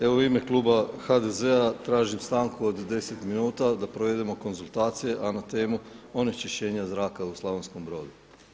Evo u ime kluba HDZ-a tražim stanku od 10 minuta da provedemo konzultacije, a na temu onečišćenja zraka u Slavonskom Brodu.